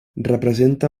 representa